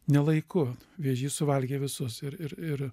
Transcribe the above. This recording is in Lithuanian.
ne laiku vėžys suvalgė visus ir ir ir